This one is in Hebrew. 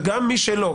וגם מי שלא.